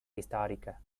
històrica